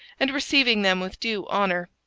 and receiving them with due honour.